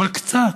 אבל קצת,